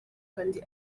kandi